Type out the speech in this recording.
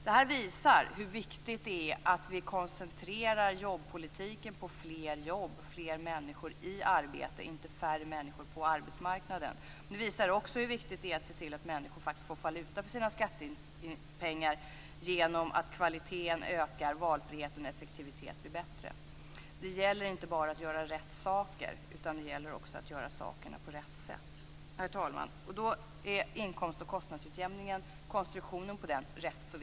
Det här visar hur viktigt det är att vi koncentrerar jobbpolitiken på fler jobb och fler människor i arbete, inte på färre människor på arbetsmarknaden. Det visar också hur viktigt det är att se till att människor får valuta för sina skattepengar genom att kvaliteten ökar och valfriheten och effektiviteten blir bättre. Det gäller inte bara att göra rätt saker, utan också att göra sakerna på rätt sätt. Herr talman! Då är inkomst och kostnadsutjämningen och konstruktionen på den viktig.